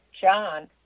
John